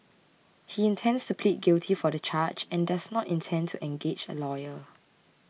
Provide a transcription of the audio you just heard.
he intends to plead guilty for the charge and does not intend to engage a lawyer